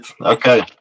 okay